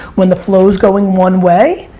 when the flows going one way.